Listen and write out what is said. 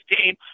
team